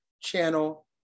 channel